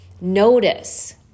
Notice